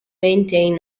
maintain